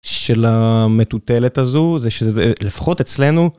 של המטוטלת הזו זה שלפחות אצלנו.